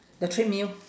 the treadmill